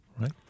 right